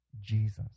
Jesus